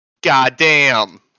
Goddamn